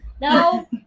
no